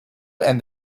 and